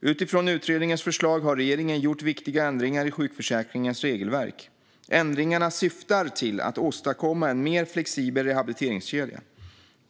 Utifrån utredningens förslag har regeringen gjort viktiga ändringar i sjukförsäkringens regelverk. Ändringarna syftar till att åstadkomma en mer flexibel rehabiliteringskedja.